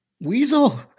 weasel